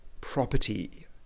property